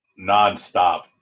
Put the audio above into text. nonstop